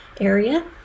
area